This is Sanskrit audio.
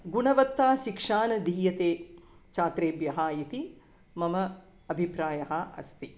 गुणवत्ताशिक्षा न दीयते छात्रेभ्यः इति मम अभिप्रायः अस्ति